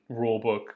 rulebook